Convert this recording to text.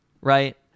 right